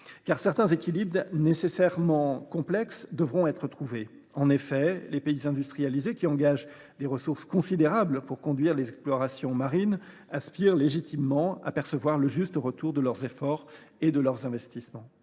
Certains équilibres nécessairement complexes devront être trouvés. Les pays industrialisés, qui engagent des ressources considérables pour conduire des explorations marines, aspirent légitimement à percevoir le juste retour de leurs efforts et de leurs investissements.,